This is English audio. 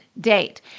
date